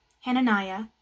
Hananiah